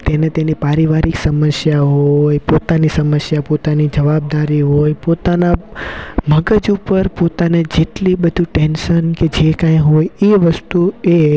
તેને તેની પારિવારિક સમસ્યાઓ હોય પોતાની સમસ્યા પોતાની જવાબદારી હોય પોતાના મગજ ઉપર પોતાને જેટલી બધું ટેન્સન કે જે કાંઈ હોય એ વસ્તુ એ